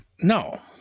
No